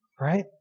right